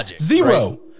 zero